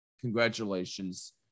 congratulations